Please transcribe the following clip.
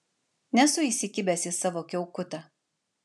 nesu įsikibęs į savo kiaukutą